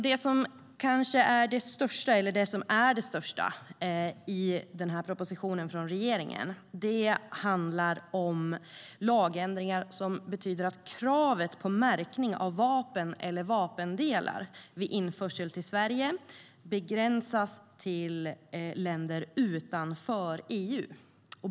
Det som är det största i propositionen från regeringen är lagändringar som innebär att kravet på märkning av vapen eller vapendelar vid införsel till Sverige begränsas till länder utanför EU.